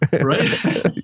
right